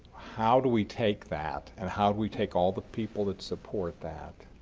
how do we take that and how do we take all the people that support that